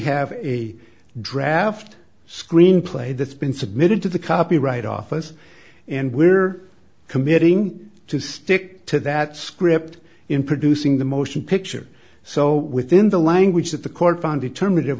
have a draft screenplay that's been submitted to the copyright office and we're committing to stick to that script in producing the motion picture so within the language that the court found eter